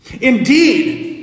Indeed